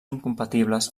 incompatibles